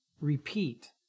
repeat